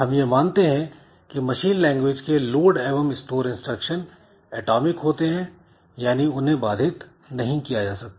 हम यह मानते हैं कि मशीन लैंग्वेज के लोड एवं स्टोर इंस्ट्रक्शन एटॉमिक होते हैं यानी उन्हें बाधित नहीं किया जा सकता